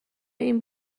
این